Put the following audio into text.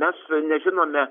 mes nežinome